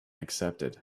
accepted